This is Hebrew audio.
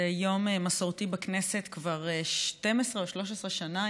זה יום מסורתי בכנסת כבר 12 או 13 שנה,